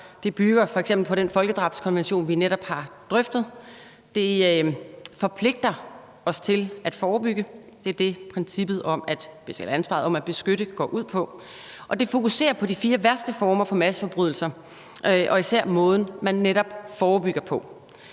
Det bygger f.eks. på den folkedrabskonvention, vi netop har drøftet. Det forpligter os til at forebygge. Det er det, princippet om ansvaret for at beskytte går ud på. Det fokuserer på de fire værste former for masseforbrydelser og især måden, man netop forebygger dem